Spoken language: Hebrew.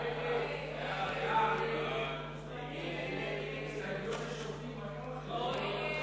ההסתייגות של קבוצת סיעת יהדות התורה וקבוצת סיעת ש"ס לסעיף 1